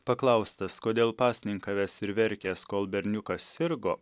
paklaustas kodėl pasninkavęs ir verkęs kol berniukas sirgo